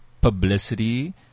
publicity